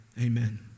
amen